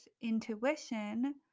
intuition